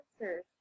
answers